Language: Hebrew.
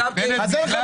זה בכלל.